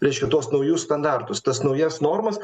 reiškia tuos naujus standartus tas naujas normas